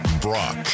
Brock